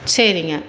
சரிங்க